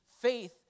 faith